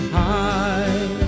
high